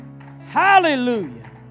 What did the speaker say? Hallelujah